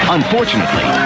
Unfortunately